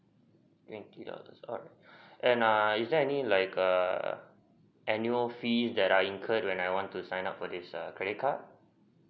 twenty dollars alright and is there any like a annual fees that are incurred when I want to sign up for this err credit card